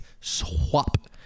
swap